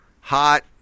hot